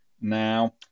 Now